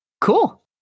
Cool